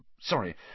Sorry